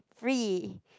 free